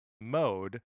mode